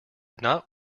not